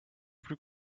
plus